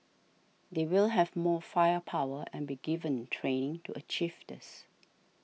they will have more firepower and be given training to achieve this